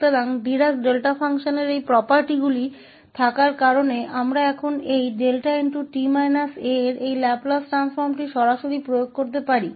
इसलिए Dirac delta function के इन गुणों के साथ हम वास्तव में अब इस 𝛿𝑡 − 𝑎 के इस लाप्लास ट्रांसफॉर्म को सीधे लागू कर सकते हैं